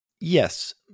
Yes